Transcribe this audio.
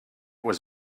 was